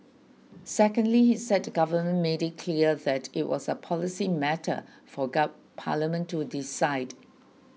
secondly he said the government made it clear that it was a policy matter for parliament to decide